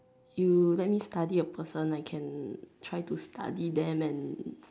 you let me study that person I can try and study them and